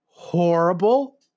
horrible